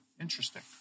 interesting